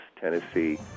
Tennessee